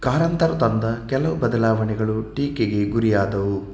ಕಾರಂತರು ತಂದ ಕೆಲವು ಬದಲಾವಣೆಗಳು ಟೀಕೆಗೆ ಗುರಿಯಾದವು